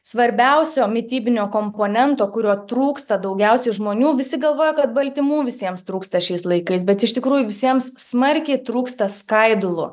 svarbiausio mitybinio komponento kurio trūksta daugiausiai žmonių visi galvoja kad baltymų visiems trūksta šiais laikais bet iš tikrųjų visiems smarkiai trūksta skaidulų